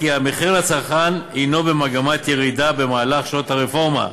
המחיר לצרכן הנו במגמת ירידה במהלך שנות הרפורמה,